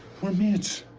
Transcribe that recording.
we're mates.